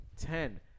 ten